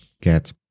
get